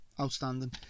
outstanding